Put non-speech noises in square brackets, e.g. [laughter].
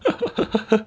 [laughs]